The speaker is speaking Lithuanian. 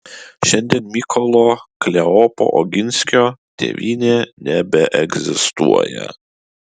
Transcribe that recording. šiandien mykolo kleopo oginskio tėvynė nebeegzistuoja